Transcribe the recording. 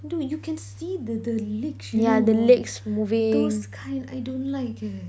dude you can see the the legs you know those kind I don't like eh